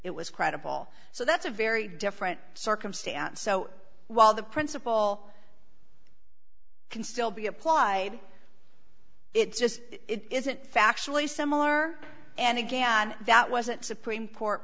it was credible so that's a very different circumstance so while the principle can still be applied it's just it isn't factually similar and again that wasn't supreme court